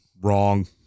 Wrong